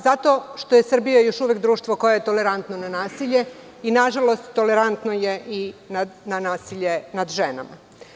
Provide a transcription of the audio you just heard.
Zato što je Srbija još uvek društvo koje je tolerantno na nasilje i, nažalost, tolerantno i na nasilje nad ženama.